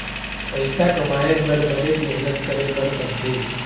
पइसा कमाए बर बनेच मेहनत करे बर पड़थे